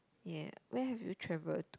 ya where have you travelled to